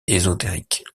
ésotériques